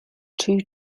two